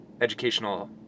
educational